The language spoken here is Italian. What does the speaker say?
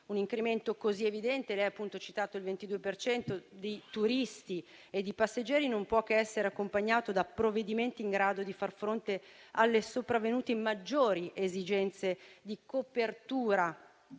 Un incremento così evidente - lei appunto ha citato il 22 per cento di turisti e di passeggeri - non può che essere accompagnato da provvedimenti in grado di far fronte alle sopravvenute maggiori esigenze di copertura